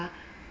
ah